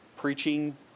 preaching